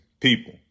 people